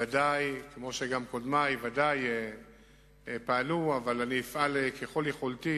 בוודאי, כמו שגם קודמי ודאי פעלו, אפעל ככל יכולתי